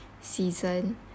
season